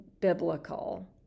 biblical